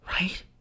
Right